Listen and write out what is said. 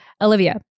Olivia